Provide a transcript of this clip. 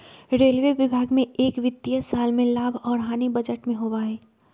railway विभाग में एक वित्तीय साल में लाभ और हानि बजट में होबा हई